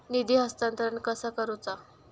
निधी हस्तांतरण कसा करुचा?